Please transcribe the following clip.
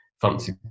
fancy